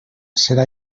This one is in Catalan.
serà